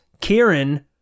Kieran